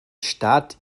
stadt